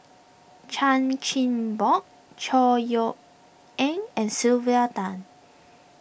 Chan Chin Bock Chor Yeok Eng and Sylvia Tan